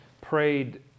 prayed